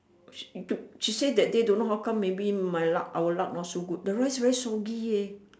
she she say that day don't know how come my luck our luck not so good the rice very soggy leh